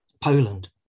Poland